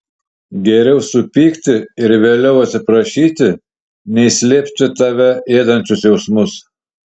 geriau supykti ir vėliau atsiprašyti nei slėpti tave ėdančius jausmus